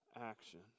action